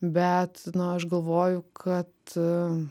bet na aš galvoju kad